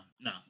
no